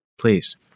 Please